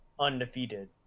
undefeated